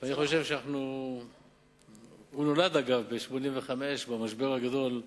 הוא נולד, אגב, ב-1985, במשבר הגדול,